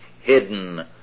hidden